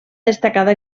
destacada